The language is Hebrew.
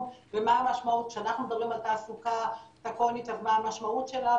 ומה המשמעות כשאנחנו מדברים על תעסוקה אז מה המשמעות שלה,